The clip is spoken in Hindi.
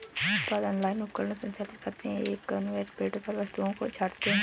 उत्पादन लाइन उपकरण संचालित करते हैं, एक कन्वेयर बेल्ट पर वस्तुओं को छांटते हैं